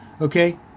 Okay